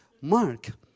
Mark